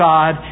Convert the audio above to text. God